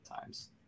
times